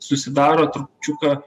susidaro trupučiuką